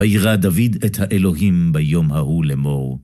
וירא דוד את האלוהים ביום ההוא לאמור.